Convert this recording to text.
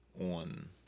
On